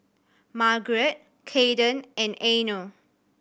Margaret Kayden and Eino